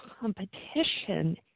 competition